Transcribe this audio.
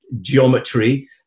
geometry